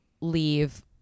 leave